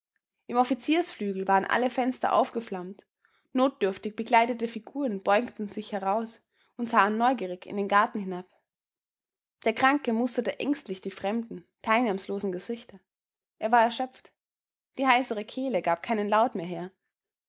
im offiziersflügel waren alle fenster aufgeflammt notdürftig bekleidete figuren beugten sich heraus und sahen neugierig in den garten hinab der kranke musterte ängstlich die fremden teilnahmslosen gesichter er war erschöpft die heisere kehle gab keinen laut mehr her